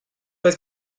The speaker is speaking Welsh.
oedd